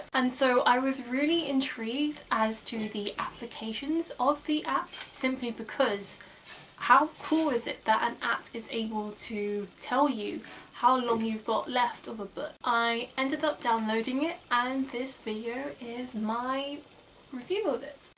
and so i was really intrigued as to the applications of the app simply because how cool is it that an app is able to tell you how long you've got left of a book. i ended up downloading it and this video is my review of it.